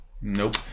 Nope